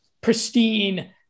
pristine